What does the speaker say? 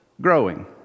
Growing